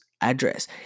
address